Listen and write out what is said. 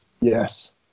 Yes